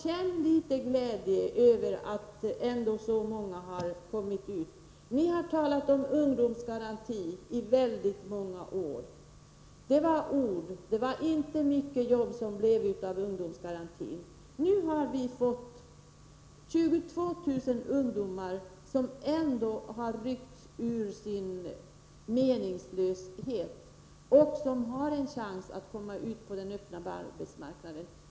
Känn litet glädje över att så många ungdomar kommit ut på arbetsmarknaden! Ni har talat om ungdomsgarantin under väldigt många år. Det blev bara ord — det skapades inte särskilt många jobb därigenom. Nu har ändå 22 000 ungdomar kunnat komma bort från en meningslös tillvaro, och de har en chans att komma ut på den öppna arbetsmarknaden.